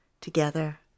together